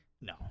No